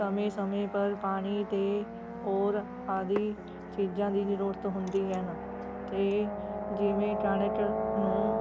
ਸਮੇਂ ਸਮੇਂ ਪਰ ਪਾਣੀ ਅਤੇ ਹੋਰ ਆਦਿ ਚੀਜ਼ਾਂ ਦੀ ਜ਼ਰੂਰਤ ਹੁੰਦੀ ਹਨ ਅਤੇ ਜਿਵੇਂ ਕਣਕ ਨੂੰ